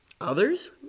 Others